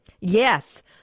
Yes